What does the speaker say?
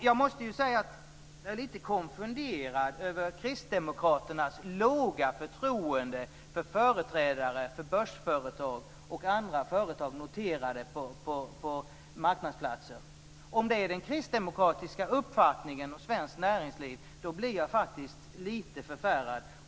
Jag är lite konfunderad över kristdemokraternas låga förtroende för företrädare för börsföretag och andra företag noterade på marknadsplatser. Om det är den kristdemokratiska uppfattningen om svenskt näringsliv blir jag faktiskt lite förfärad.